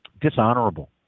dishonorable